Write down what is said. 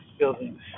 buildings